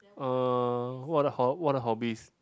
uh what the ho~ what the hobbies